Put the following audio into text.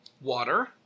Water